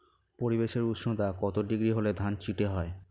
পরিবেশের উষ্ণতা কত ডিগ্রি হলে ধান চিটে হয়?